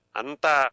anta